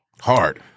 hard